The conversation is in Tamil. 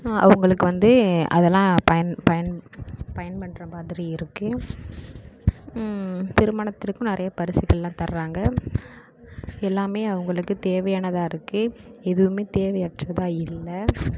அவர்களுக்கு வந்து அதெல்லாம் பயன் பயன் பயன் பண்ணுற மாதிரி இருக்குது திருமணத்திற்கும் நிறைய பரிசுகள் தராங்க எல்லாமே அவர்களுக்கு தேவையானதாக இருக்குது எதுவுமே தேவையற்றதாக இல்லை